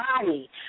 body